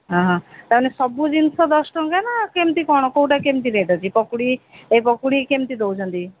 ହଁ ହଁ ତାହେଲେ ସବୁ ଜିନିଷ ଦଶ ଟଙ୍କା ନା କେମିତି କ'ଣ କୋଉଟା କେମିତି ରେଟ୍ ଅଛି ପକୁଡ଼ି ଏଇ ପକୁଡ଼ି କେମିତି ଦେଉଛନ୍ତି